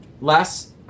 less